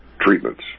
treatments